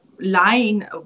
line